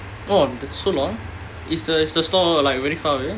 oh that's so long is the is the store like very far away